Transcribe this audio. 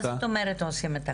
מה זאת אומרת עושים את הכל?